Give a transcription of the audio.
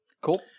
Cool